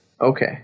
Okay